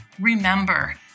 remember